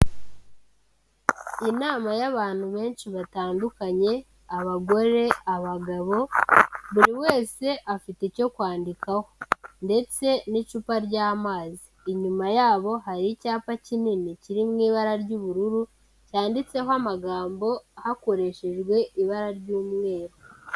Inama y'abantu benshi batandukanye abagore, abagabo, buri wese afite icyo kwandikaho ndetse n'icupa ry'amazi, inyuma yabo hari icyapa kinini kiri mu ibara ry'ubururu cyanditseho amagambo hakoreshejwe ibara ry'umweru.